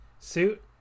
suit